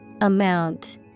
Amount